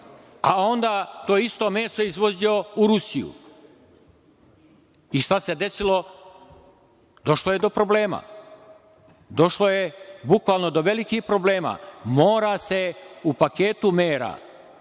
a onda to isto meso izvozio u Rusiju. Šta se desilo? Došlo je do problema. Došlo je bukvalno do velikih problema. Mora se u paketu mera